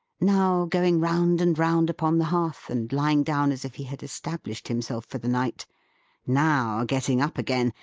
now going round and round upon the hearth, and lying down as if he had established himself for the night now getting up again,